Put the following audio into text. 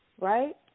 right